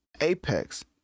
Apex